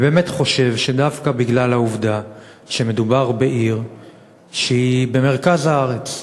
אני באמת חושב שדווקא בגלל העובדה שמדובר בעיר שהיא במרכז הארץ,